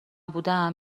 بودم